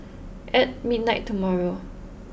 at midnight tomorrow